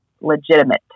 legitimate